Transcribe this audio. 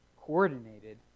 coordinated